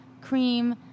cream